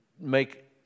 make